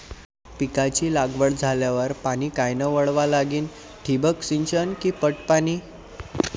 पिकाची लागवड झाल्यावर पाणी कायनं वळवा लागीन? ठिबक सिंचन की पट पाणी?